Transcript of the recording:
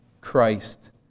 Christ